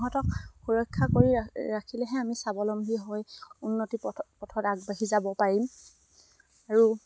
সিহঁতক সুৰক্ষা কৰি ৰাখিলেহে আমি স্বাৱলম্বী হৈ উন্নতি পথ পথত আগবাঢ়ি যাব পাৰিম আৰু